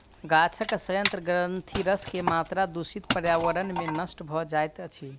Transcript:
गाछक सयंत्र ग्रंथिरस के मात्रा दूषित पर्यावरण में नष्ट भ जाइत अछि